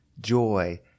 joy